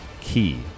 key